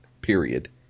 period